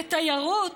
לתיירות,